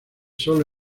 sólo